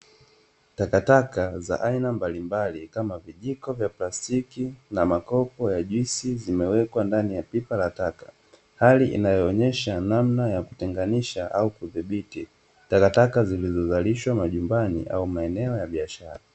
Takataka za aina mbalimbali kama vijiko vya plastiki na makopo ya juisi zimewekwa ndani ya pipa la taka, hali inayo onyesha namna ya kutenganisha au kudhibiti takataka zilizozalishwa majumbani au maeneo ya biashara.